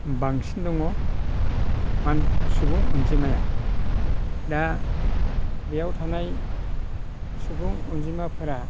बांसिन दङ सुबुं अनजिमाया दा बेयाव थानाय सुबुं अनजिमाफोरा